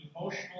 emotional